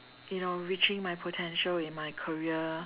you know reaching my potential in my career